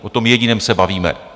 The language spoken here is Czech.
O tom jediném se bavíme.